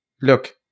look